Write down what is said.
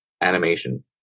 animation